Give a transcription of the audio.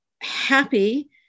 happy